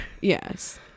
Yes